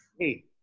Hey